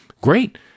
Great